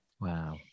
Wow